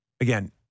again